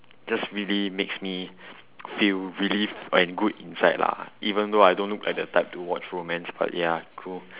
just really makes me feel relieved and good inside lah even though I don't look like the type to watch romance but ya cool